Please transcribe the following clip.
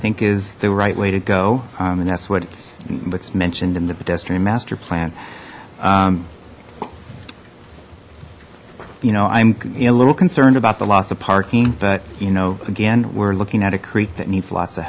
think is the right way to go and that's what it's what's mentioned in the pedestrian master plan you know i'm a little concerned about the loss of parking but you know again we're looking at a creek that needs lots of